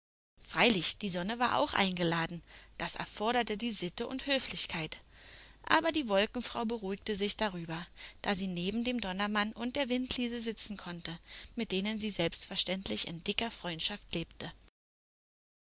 freilich die sonne war auch eingeladen das erforderte die sitte und höflichkeit aber die wolkenfrau beruhigte sich darüber da sie neben dem donnermann und der windliese sitzen konnte mit denen sie selbstverständlich in dicker freundschaft lebte